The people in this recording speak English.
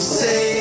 say